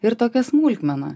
ir tokia smulkmena